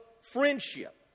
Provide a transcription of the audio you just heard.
friendship